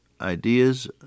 ideas